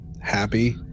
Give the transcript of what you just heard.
happy